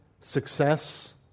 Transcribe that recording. success